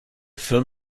film